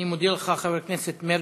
אני מודה לך, חבר הכנסת מרגי.